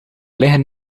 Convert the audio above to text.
liggen